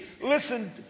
Listen